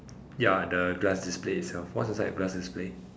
ya the glass display it'self what's inside the glass display